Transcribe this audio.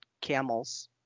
camels